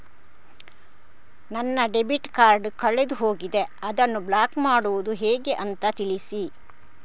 ನನ್ನ debit card ಕಳೆದು ಹೋಗಿದೆ, ಅದನ್ನು ಬ್ಲಾಕ್ ಮಾಡುವುದು ಹೇಗೆ ಅಂತ ತಿಳಿಸಿ?